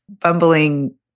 bumbling